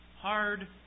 hard